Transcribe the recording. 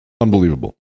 Unbelievable